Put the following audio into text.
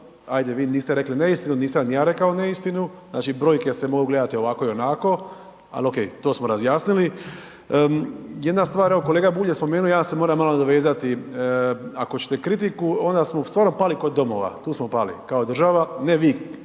ajde vi niste rekli neistinu, nisam ni ja rekao neistinu, znači brojke se mogu gledati ovako i onako, ali ok, to smo razjasnili. Jedan stvar evo kolega Bulj je spomenu, ja se moram malo nadovezati, ako ćete kritiku onda smo stvarno pali kod domova, tu smo pali kao država, ne vi